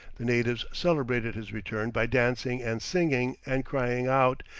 the natives celebrated his return by dancing and singing, and crying out,